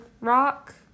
rock